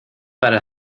para